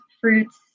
fruits